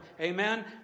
Amen